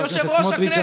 חבר הכנסת סמוטריץ',